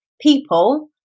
People